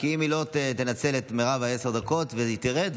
כי אם היא לא תנצל עשר דקות והיא תרד,